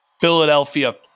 Philadelphia